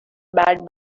bad